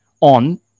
on